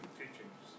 teachings